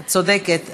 צודקת.